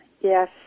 Yes